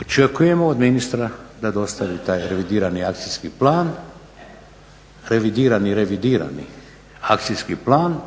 Očekujemo od ministra da dostavi taj revidirani akcijski plan, revidirani, revidirani akcijski plan